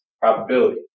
probability